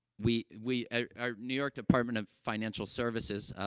we we ah, ah, new york department of financial services, ah,